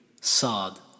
Sa'd